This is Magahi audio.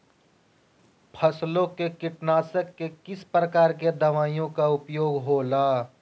फसलों के कीटनाशक के किस प्रकार के दवाइयों का उपयोग हो ला?